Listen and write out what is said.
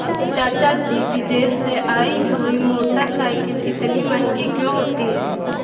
चाचा जी विदेश से आई हुई मोटरसाइकिल इतनी महंगी क्यों होती है?